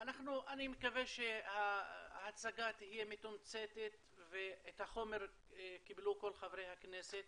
אני מקווה שההצגה תהיה מתומצתת כי את החומר קיבלו כל חברי הכנסת